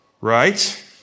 Right